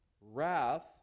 wrath